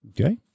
Okay